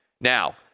Now